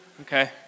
Okay